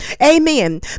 amen